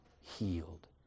healed